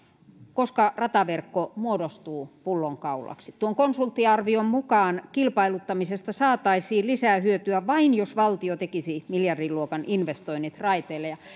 koska rataverkko muodostuu pullonkaulaksi tuon konsulttiarvion mukaan kilpailuttamisesta saataisiin lisää hyötyä vain jos valtio tekisi miljardiluokan investoinnit raiteille